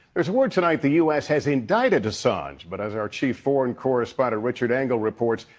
there's word tonight the u s. has indicted assange. but as our chief foreign correspondent richard engel reports,